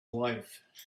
life